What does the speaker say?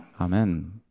Amen